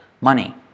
money